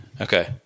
Okay